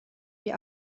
wie